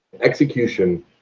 execution